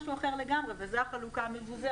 הדבר השני הוא לעשות משהו אחר לגמרי וזאת החלוקה המבוזרת.